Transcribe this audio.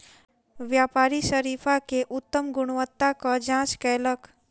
व्यापारी शरीफा के उत्तम गुणवत्ताक जांच कयलक